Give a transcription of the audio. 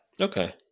Okay